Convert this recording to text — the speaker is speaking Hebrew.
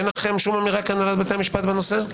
אין לכם שום אמירה כהנהלת בתי המשפט בנושא?